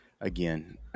Again